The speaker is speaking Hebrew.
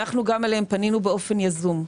פנינו גם אליהם באופן יזום.